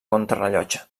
contrarellotge